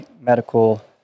medical